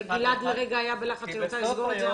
שגלעד לרגע היה בלחץ שאני רוצה לסגור את זה.